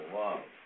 love